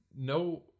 No